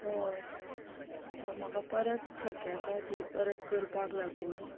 हय म्हाका परत शक्य आसा ती परत करपाक लागून